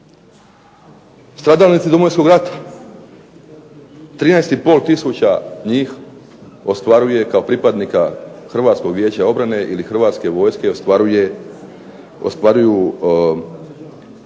Stradalnici Domovinskog rata, 13,5 tisuća njih ostvaruje kao pripadnika Hrvatskog vijeća obrane ili hrvatske vojske ostvaruju